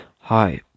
hi